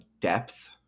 depth